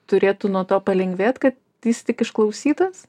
turėtų nuo to palengvėt kad jis tik išklausytas